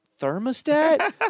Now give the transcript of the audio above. thermostat